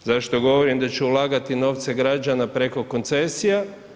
Zašto govorim da će ulagati novce građana preko koncesija?